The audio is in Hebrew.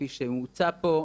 כפי שהוצע פה,